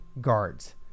guards